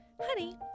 honey